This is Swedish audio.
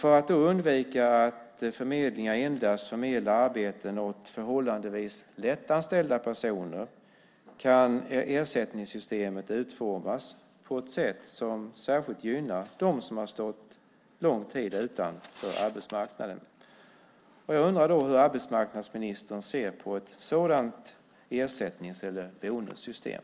För att då undvika att förmedlingar endast förmedlar arbeten åt förhållandevis lättanställda personer kan ersättningssystemet utformas på ett sätt som särskilt gynnar dem som under lång tid stått utanför arbetsmarknaden. Jag undrar hur arbetsmarknadsministern ser på ett sådant ersättnings eller bonussystem.